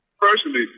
personally